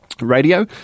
Radio